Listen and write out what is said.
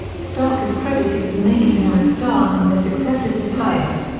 stark is credited with making her a star and the successor to piaf.